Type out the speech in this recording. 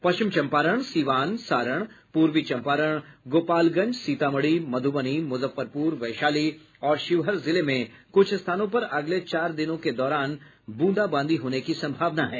पश्चिम चंपारण सीवान सारण पूर्वी चंपारण गोपालगंज सीतामढ़ी मधुबनी मुजफ्फरपुर वैशाली और शिवहर जिले में कुछ स्थानों पर अगले चार दिनों के दौरान ब्रंदाबांदी होने की संभावना है